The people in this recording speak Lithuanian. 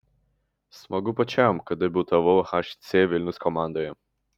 smagu pačiam kad debiutavau hc vilnius komandoje